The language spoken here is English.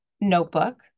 notebook